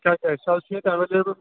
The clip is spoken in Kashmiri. کیٛاہ کیٛاہ چھُ اَز ییٚتہِ ایویلیبٕل